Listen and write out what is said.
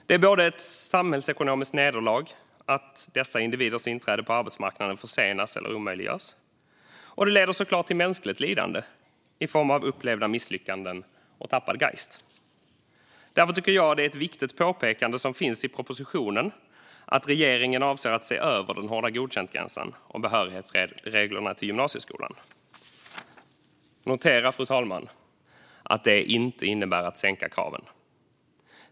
Det är ett samhällsekonomiskt nederlag att dessa individers inträde på arbetsmarknaden försenas eller omöjliggörs, och det leder såklart till mänskligt lidande i form av upplevda misslyckande och tappad geist. Därför tycker jag det är ett viktigt påpekande som finns i propositionen att regeringen avser att se över den hårda godkäntgränsen och behörighetsreglerna till gymnasieskolan. Notera, fru talman, att det inte innebär att sänka kraven.